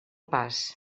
pas